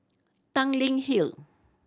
Tanglin Hill